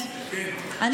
מרחוק,